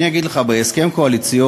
אני אגיד לך, בהסכם הקואליציוני,